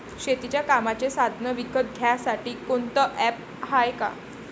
शेतीच्या कामाचे साधनं विकत घ्यासाठी कोनतं ॲप हाये का?